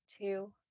two